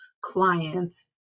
clients